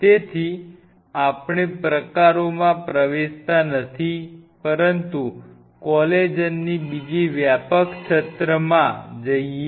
તેથી આપણે પ્રકારોમાં પ્રવેશતા નથી પરંતુ કોલેજનની બીજી વ્યાપક છત્રમાં જઇએ